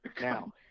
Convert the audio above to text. Now